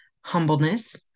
humbleness